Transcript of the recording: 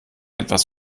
etwas